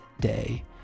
day